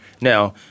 Now